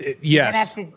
yes